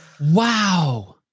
Wow